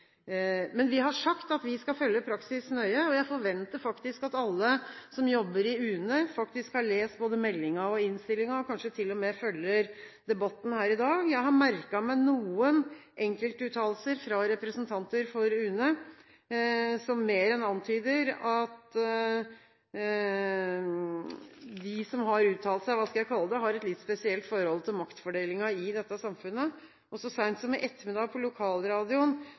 Men vi har sagt at vi skal følge praksis nøye, og jeg forventer faktisk at alle som jobber i UNE, har lest både meldingen og innstillingen og kanskje til og med følger debatten her i dag. Jeg har merket meg noen enkeltuttalelser fra representanter for UNE. De mer enn antyder at de som har uttalt seg, har et litt spesielt forhold til maktfordelingen i samfunnet. Så sent som i ettermiddag kom det på lokalradioen